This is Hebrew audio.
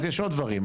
אז יש עוד דברים.